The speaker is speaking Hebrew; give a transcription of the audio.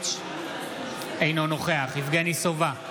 אינו נוכח יבגני סובה,